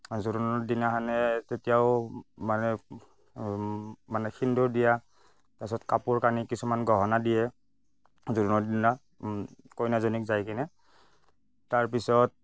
আৰু জোৰোণৰ দিনাখনে তেতিয়াও মানে মানে সেন্দুৰ দিয়া তাৰপিছত কাপোৰ কানি কিছুমান গহনা দিয়ে জোৰোণৰ দিনা কইনাজনীক যাই কিনে তাৰপিছত